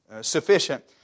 sufficient